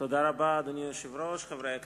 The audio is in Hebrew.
אדוני היושב-ראש, חברי הכנסת,